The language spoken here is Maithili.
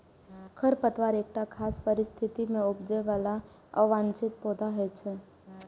खरपतवार एकटा खास परिस्थिति मे उगय बला अवांछित पौधा होइ छै